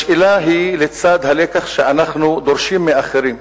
השאלה היא, לצד הלקח שאנחנו דורשים מאחרים,